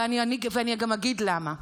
ואני גם אגיד למה,